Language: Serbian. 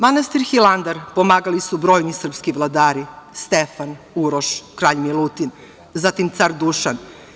Manastir Hilandar pomagali su brojni srpski vladari, Stefan, Uroš, kralj Milutin, zatim car Dušan.